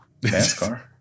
NASCAR